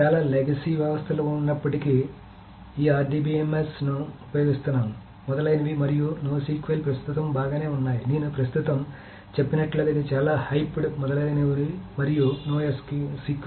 చాలా లెగసీ వ్యవస్థలు ఇప్పటికీ ఈ RDBMS ను ఉపయోగిస్తున్నాయి మొదలైనవి మరియు NoSQL ప్రస్తుతం బాగానే ఉన్నాయి నేను ప్రస్తుతం చెప్పినట్లుగా ఇది చాలా హైప్డ్ మొదలగునవి మరియు NoSQL